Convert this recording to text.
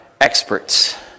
experts